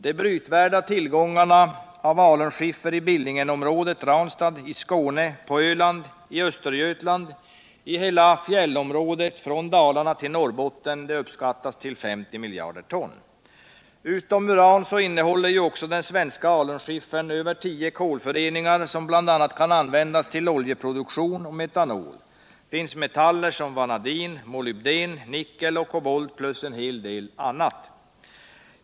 De brytvärda tillgång 13 Riksdagens protokoll 1977/78:152-153 Energiforskning, Förutom uran innehåller den svenska alunskiffern över tio kolföreningar. som bl.a. kan användas till oljeproduktion och metanol. Där finns metaller som vanadin, molybden, nickel, kobolt plus en hel del annat.